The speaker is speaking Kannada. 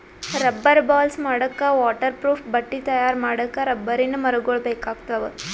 ರಬ್ಬರ್ ಬಾಲ್ಸ್ ಮಾಡಕ್ಕಾ ವಾಟರ್ ಪ್ರೂಫ್ ಬಟ್ಟಿ ತಯಾರ್ ಮಾಡಕ್ಕ್ ರಬ್ಬರಿನ್ ಮರಗೊಳ್ ಬೇಕಾಗ್ತಾವ